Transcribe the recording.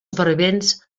supervivents